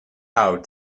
out